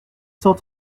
cent